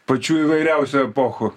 pačių įvairiausių epochų